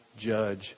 judge